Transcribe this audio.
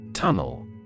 Tunnel